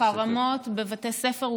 חרמות בבתי ספר?